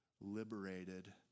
liberated